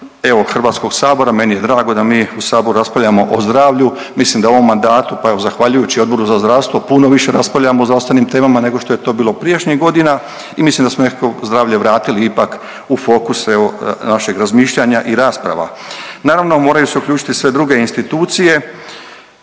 evo HS, meni je drago da mi u saboru raspravljamo o zdravlju, mislim da u ovom mandatu, pa evo zahvaljujući i Odboru za zdravstvu puno više raspravljamo o zdravstvenim temama nego što je to bilo prijašnjih godina i mislim da smo nekako zdravlje vratili ipak u fokus evo našeg razmišljanja i rasprava. Naravno moraju se uključiti i sve druge institucije